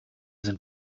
sind